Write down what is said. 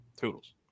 Toodles